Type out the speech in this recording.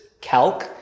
CALC